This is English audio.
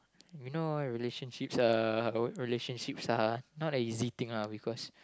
you know relationships uh relationships are not that easy thing lah because